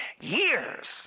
years